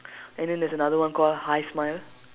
and then there's another one called hi smile